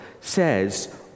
says